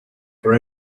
for